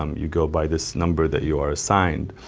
um you go by this number that you are assigned.